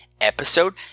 episode